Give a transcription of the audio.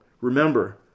Remember